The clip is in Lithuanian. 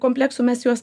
kompleksų mes juos